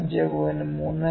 11 5